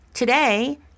Today